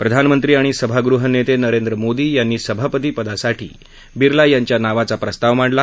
प्रधानमंत्री आणि सभागृह नेते नरेंद्र मोदी यांनी सभापती पदासाठी बिर्ला यांच्या नावाचा प्रस्ताव मांडला